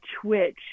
Twitch